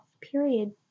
period